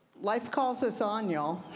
life called so us on, y'all.